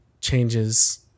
changes